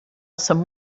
some